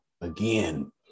again